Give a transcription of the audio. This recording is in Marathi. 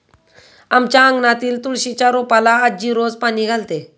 आमच्या अंगणातील तुळशीच्या रोपाला आजी रोज पाणी घालते